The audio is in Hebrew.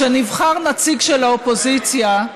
כשנבחר נציג של האופוזיציה,